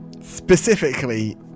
Specifically